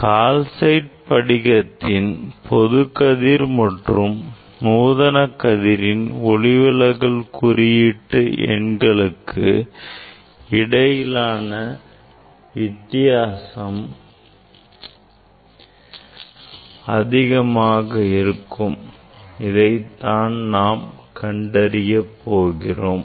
calcite படிகத்தின் பொது கதிர் மற்றும் நூதன கதிரின் ஒளிவிளக்கு குறியீட்டு எண்களுக்கு இடையிலான வித்தியாசம் அதிகமாக இருக்கும் அதைத்தான் நாம் இப்போது கண்டறிய போகிறோம்